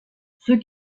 ceux